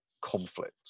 conflict